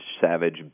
Savage